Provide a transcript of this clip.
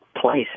place